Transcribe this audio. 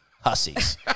hussies